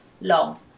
long